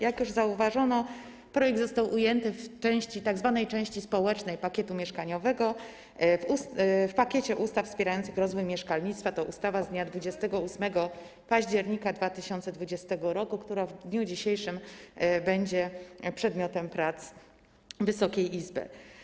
Jak już zauważono, projekt został ujęty w tzw. części społecznej pakietu mieszkaniowego, w pakiecie ustaw wspierających rozwój mieszkalnictwa, chodzi o ustawę z dnia 28 października 2020 r., która w dniu dzisiejszym będzie przedmiotem prac Wysokiej Izby.